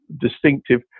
distinctive